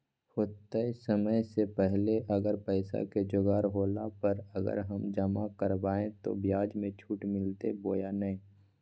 होतय समय से पहले अगर पैसा के जोगाड़ होला पर, अगर हम जमा करबय तो, ब्याज मे छुट मिलते बोया नय?